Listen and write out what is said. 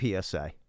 PSA